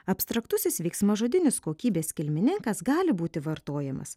abstraktusis veiksmažodinis kokybės kilmininkas gali būti vartojamas